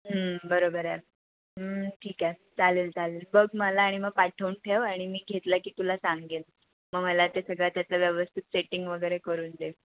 बरोबर आहे ठीक आहे चालेल चालेल बघ मला आणि मग पाठवून ठेव आणि मी घेतला की तुला सांगेल मग मला ते सगळं त्याचं व्यवस्थित सेटिंग वगैरे करून दे